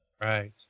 Right